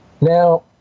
Now